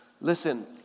Listen